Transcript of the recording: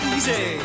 Easy